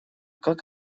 как